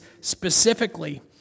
specifically